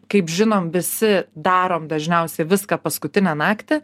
kaip žinom visi darom dažniausiai viską paskutinę naktį